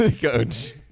Coach